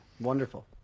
wonderful